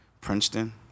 Princeton